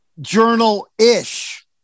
journal-ish